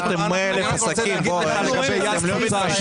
אני רוצה להגיד לך רק דבר אחד לגבי יד קפוצה.